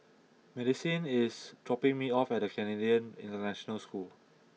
Madisyn is dropping me off at Canadian International School